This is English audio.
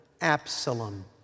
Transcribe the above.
Absalom